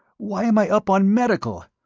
why am i up on medical?